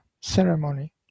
ceremony